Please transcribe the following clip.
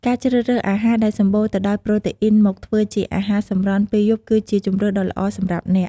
ការជ្រើសរើសអាហារដែលសម្បូរទៅដោយប្រូតេអ៊ីនមកធ្វើជាអាហារសម្រន់ពេលយប់គឺជាជម្រើសដ៏ល្អសម្រាប់អ្នក។